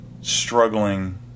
struggling